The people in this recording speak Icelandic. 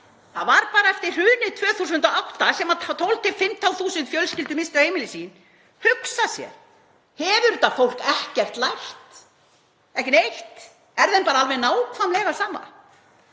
Það var bara eftir hrunið 2008 sem 12.000–15.000 fjölskyldur misstu heimili sín. Að hugsa sér, hefur þetta fólk ekkert lært? Ekki neitt? Er þeim bara alveg nákvæmlega sama?